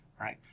right